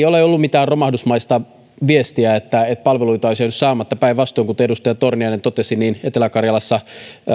ole ollut mitään romahdusmaista viestiä siitä että palveluita olisi jäänyt saamatta päinvastoin kuten edustaja torniainen totesi hänen alueellaan etelä karjalassa